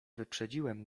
wyprzedziłem